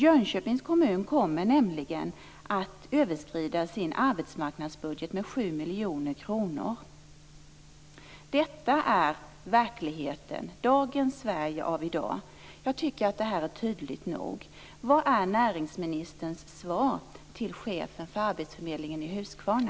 Jönköpings kommun kommer nämligen att - överskrida sin arbetsmarknadsbudget med sju miljoner kronor -." Detta är verkligheten - Sverige av i dag. Jag tycker att det är tydligt nog. Vad är näringsministerns svar till chefen för arbetsförmedlingen i Huskvarna?